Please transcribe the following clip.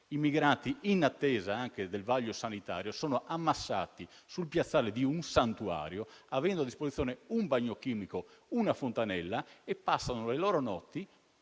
immigrati in attesa anche del vaglio sanitario sono ammassati sul piazzale di un santuario avendo a disposizione un bagno chimico, una fontanella e passano le loro notti